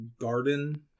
garden